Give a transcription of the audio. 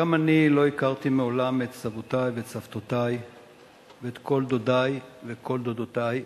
גם אני לא הכרתי מעולם את סבי וסבותי ואת כל דודי וכל דודותי,